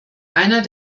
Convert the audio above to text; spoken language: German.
einer